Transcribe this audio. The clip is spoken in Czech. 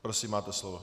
Prosím, máte slovo.